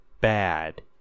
bad